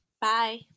Bye